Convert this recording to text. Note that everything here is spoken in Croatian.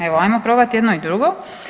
Evo ajmo probati i jedno i drugo.